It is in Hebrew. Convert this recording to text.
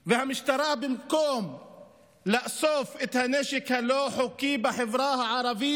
והמשטרה במקום לאסוף את הנשק הלא-חוקי בחברה הערבית,